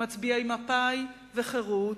מצביעי מפא"י וחרות,